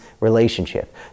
relationship